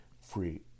free